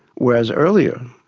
whereas earlier,